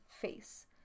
face